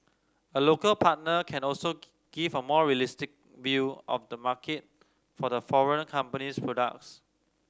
a local partner can also give a more realistic view of the market for the foreign company's products